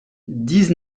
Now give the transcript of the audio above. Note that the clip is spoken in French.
dix